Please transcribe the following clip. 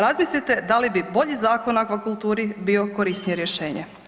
Razmislite da li bi bolji Zakon o aquakulturi bio korisnije rješenje.